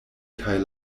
kaj